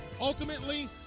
Ultimately